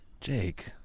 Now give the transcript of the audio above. Jake